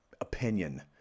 opinion